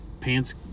pants